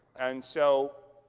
and so,